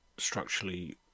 structurally